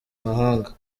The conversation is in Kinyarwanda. mahanga